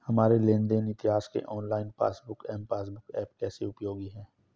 हमारे लेन देन इतिहास के online passbook M passbook app कैसे उपयोगी है?